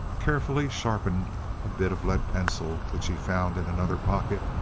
carefully sharpened a bit of lead pencil which he found in another pocket,